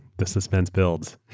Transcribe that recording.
the suspense builds.